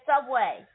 subway